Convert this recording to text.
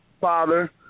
father